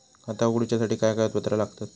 खाता उगडूच्यासाठी काय कागदपत्रा लागतत?